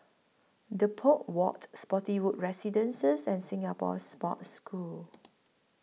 Depot Walk Spottiswoode Residences and Singapore Sports School